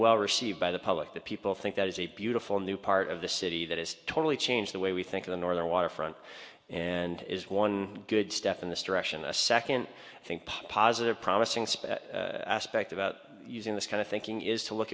well received by the public the people think that is a beautiful new part of the city that has totally changed the way we think of the northern waterfront and is one good step in this direction a second think positive promising space aspect about using this kind of thinking is to look